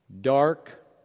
Dark